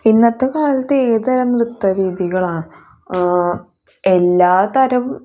ഇന്നത്തെ കാലത്ത് ഏതെല്ലാം നൃത്ത രീതികളാണ് എല്ലാ തരം